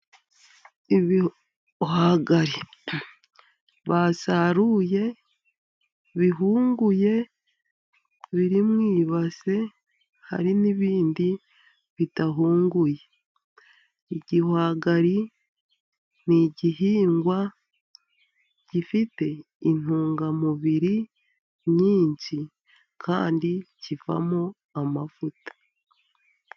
Ibihwagari basaruye, bihunguye, biri mu ibase, hari n'ibindi bidahunguye. Igihwagari ni igihingwa gifite intungamubiri nyinshi, kandi kivamo amavuta.